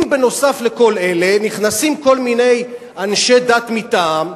אם נוסף על כל אלה נכנסים כל מיני אנשי דת מטעם,